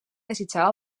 desitjava